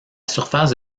surface